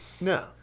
No